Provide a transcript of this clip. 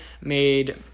made